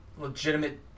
legitimate